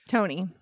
Tony